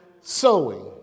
sowing